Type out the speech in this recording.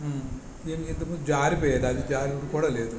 దీనికి ఇంతకుముందు జారిపోయేది అది జారుడు కూడా లేదు